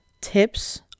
tips